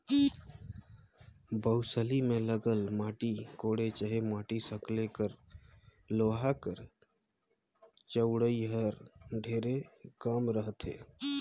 बउसली मे लगल माटी कोड़े चहे माटी सकेले कर लोहा कर चउड़ई हर ढेरे कम रहथे